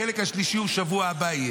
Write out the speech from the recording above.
החלק השלישי יהיה בשבוע הבא.